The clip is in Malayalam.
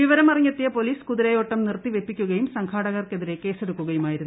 വിവരമറിഞ്ഞെത്തിയ പൊലീസ് കുതിരയോട്ടം നിർത്തി വയ്പ്പിക്കുകയും സംഘാടകർക്കെതിരെ കേസെടുക്കുകയുമായിരുന്നു